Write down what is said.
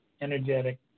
energetic